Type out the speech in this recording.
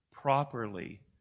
Properly